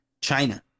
China